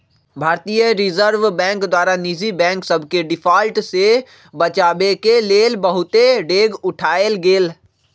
भारतीय reserve bank द्वारा निजी बैंक सभके डिफॉल्ट से बचाबेके लेल बहुते डेग उठाएल गेल